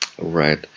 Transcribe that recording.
Right